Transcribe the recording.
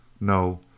No